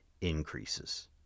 increases